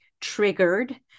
triggered